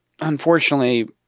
unfortunately